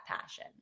passion